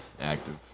Active